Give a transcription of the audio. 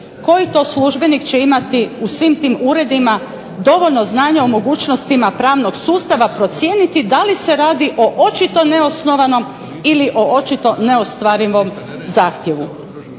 Koji to službenik će imati u svim tim uredima dovoljno znanja o mogućnostima pravnog sustava procijeniti da li se radi o očito neosnovanom ili o očito neostvarivom zahtjevu.